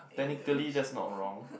technically that's not wrong